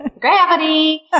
Gravity